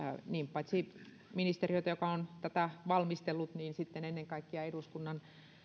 paitsi ministeriötä joka on tätä valmistellut niin ennen kaikkea eduskunnan